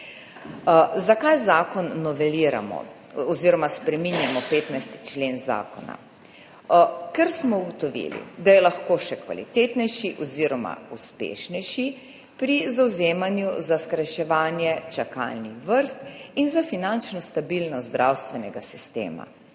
Zakaj zakon noveliramo oziroma spreminjamo 15. člen zakona? Ker smo ugotovili, da je lahko še kvalitetnejši oziroma uspešnejši pri zavzemanju za skrajševanje čakalnih vrst in za finančno stabilnost zdravstvenega sistema.